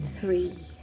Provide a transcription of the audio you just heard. three